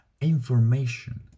information